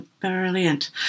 Brilliant